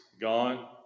gone